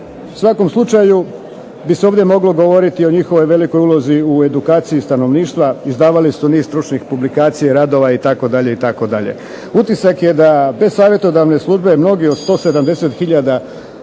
svakom slučaju bi se ovdje moglo govoriti o njihovoj velikoj ulozi u edukaciji stanovništva, izdavali su niz stručnih publikacija, radova itd. itd. Utisak je da bez savjetodavne službe mnogi od 170 hiljada